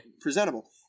presentable